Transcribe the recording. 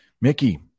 mickey